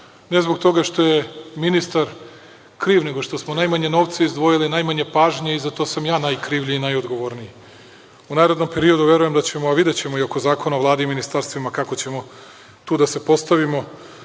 Ne zbog toga što je ministar kriv, nego što smo najmanje novca izdvojili, najmanje pažnje i za to sam ja najkrivlji i najodgovorniji. U narednom periodu verujem da ćemo, a videćemo i oko Zakona o Vladu i ministarstvima kako ćemo tu da se postavimo,